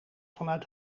vanuit